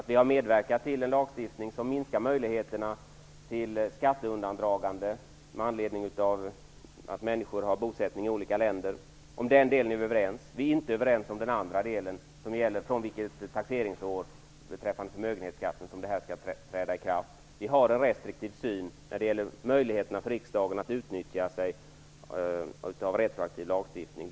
Vi har medverkat till en lagstiftning som minskar möjligheterna till skatteundandragande med anledning av att människor har bosättning i olika länder. Om den delen är vi överens i utskottet. Vi är däremot inte överens om vilket taxeringsår vad gäller förmögenhetsskatten som dessa bestämmelser skall träda i kraft. Vi reservanter har en restriktiv syn vad gäller riksdagens möjligheter att använda sig av retroaktiv lagstiftning.